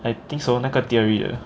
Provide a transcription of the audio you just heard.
I think so 那个 theory ah